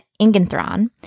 Ingenthron